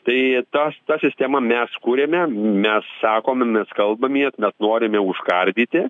tai tas ta sistemą mes kūriame mes sakome mes kalbamės mes norime užkardyti